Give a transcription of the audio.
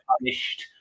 punished